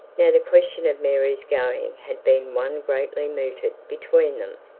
now the question of mary's going had been one greatly mooted between them.